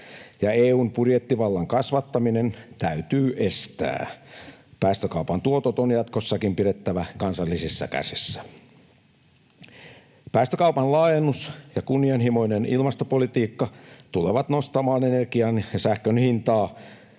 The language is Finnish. ja EU:n budjettivallan kasvattaminen täytyy estää. Päästökaupan tuotot on jatkossakin pidettävä kansallisissa käsissä. Päästökaupan laajennus ja kunnianhimoinen ilmastopolitiikka tulevat nostamaan energian ja sähkön hintaa,